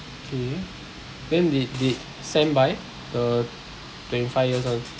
okay then did did sam buy the twenty five years one